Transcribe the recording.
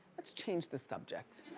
let's change the subject.